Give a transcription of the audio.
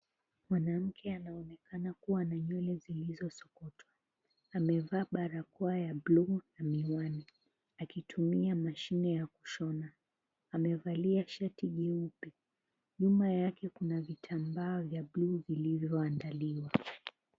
Mwanamke anaonekana kuwa na nywele zilizosokotwa. Amevaa barakoa ya buluu na miwani akitumia mashine ya kushona. Amevalia shati nyeupe. Nyuma yake kuna vitambaa vya buluu vilivoandaliwa.